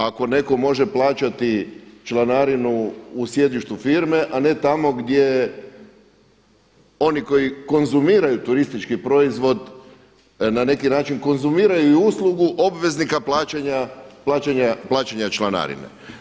Ako netko može plaćati članarinu u sjedištu firme, a ne tamo gdje oni koji konzumiraju turistički proizvod na neki način konzumiraju i uslugu obveznika plaćanja članarine.